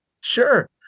Sure